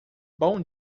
boa